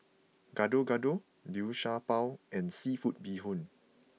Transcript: Gado Gado Liu Sha Bao and Seafood Bee Hoon